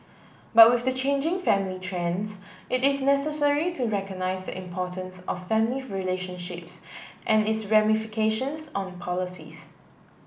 but with changing family trends it is necessary to recognise importance of family relationships and its ramifications on policies